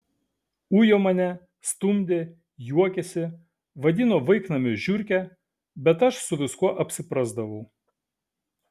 ujo mane stumdė juokėsi vadino vaiknamio žiurke bet aš su viskuo apsiprasdavau